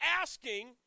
asking